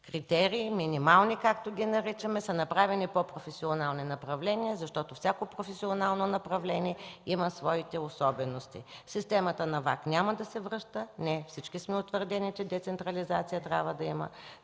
критерии – минимални, както ги наричаме, са направени по професионални направления, защото всяко професионално направление има своите особености. Системата на Висшата атестационна комисия няма да се връща, всички сме уверени, че децентрализация трябва да има,